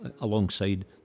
alongside